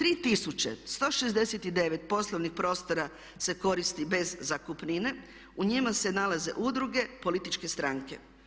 3169 poslovnih prostora se koristi bez zakupnine, u njima se nalaze udruge, političke stranke.